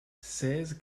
seize